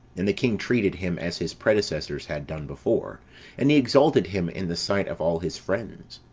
and the king treated him as his predecessors had done before and he exalted him in the sight of all his friends.